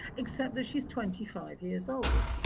except that she's twenty five years old.